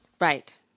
Right